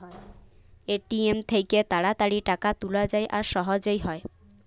ATM থ্যাইকে তাড়াতাড়ি টাকা তুলা যায় আর সহজে হ্যয়